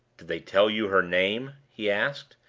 did they tell you her name? he asked,